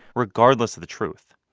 regardless of the truth.